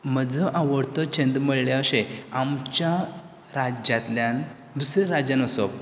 म्हजो आवडतो छंद म्हणल्यार अशें आमच्या राज्यांतल्यान दुसऱ्या राज्यांत वचप